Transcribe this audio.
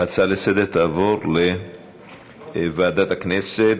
ההצעה לסדר-היום תעבור לוועדת הכנסת.